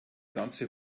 ganze